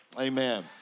Amen